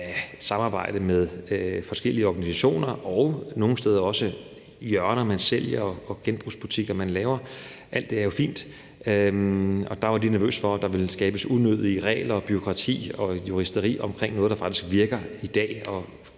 samarbejde med forskellige organisationer og nogle steder også hjørner, hvor man sælger og har genbrugsbutikker. Alt det er jo fint. Der var de nervøse for, at der ville skabes unødige regler, bureaukrati og juristeri omkring noget, der faktisk virker i dag,